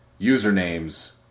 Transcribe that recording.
usernames